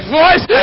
voice